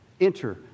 Enter